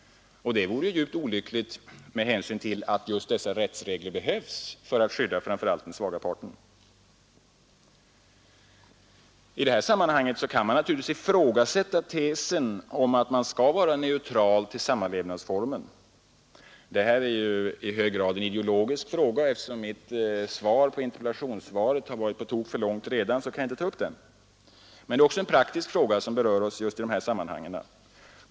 Det vore ju olyckligt med hänsyn till att just dessa rättsregler behövs för att skydda framför allt den svaga parten. I detta sammanhang kan man naturligtvis ifrågasätta tesen om att vara neutral till sammanlevnadsformen. Detta är i hög grad en ideologisk fråga, och eftersom mitt svar på interpellationssvaret redan har blivit på tok för långt, kan jag inte ta upp den nu. Men det är också en praktisk fråga som berör oss just i det här sammanhanget.